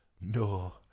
no